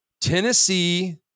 Tennessee